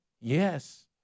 Yes